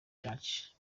church